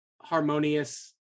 harmonious